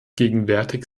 gegenwärtig